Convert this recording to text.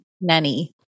nanny